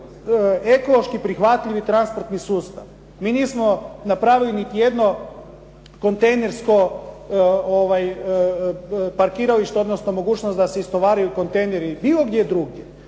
ekološki prihvatljivi transportni sustav. Mi nismo napravili niti jedno kontejnersko parkiralište, odnosno mogućnost da se istovaruju kontejneri bilo gdje drugdje.